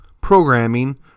programming